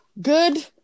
Good